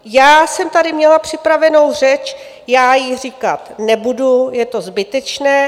Já jsem tady měla připravenou řeč, já ji říkat nebudu, je to zbytečné.